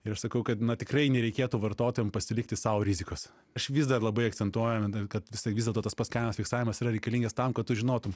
ir aš sakau kad tikrai nereikėtų vartotojam pasilikti sau rizikos aš vis dar labai akcentuoju kad visai vis dėlto tas pats kainos fiksavimas yra reikalingas tam kad tu žinotum